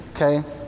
Okay